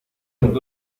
chicos